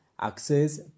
access